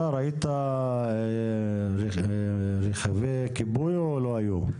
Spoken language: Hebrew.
ראית רכבי כיבוי או שלא היו?